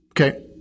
okay